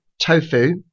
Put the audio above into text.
tofu